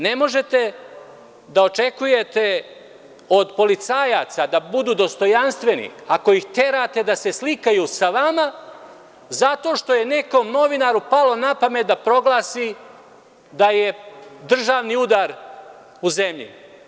Ne možete da očekujete od policajaca da budu dostojanstveni ako ih terate da se slikaju sa vama zato što je nekom novinaru palo na pamet proglasi da je državni udar u zemlji.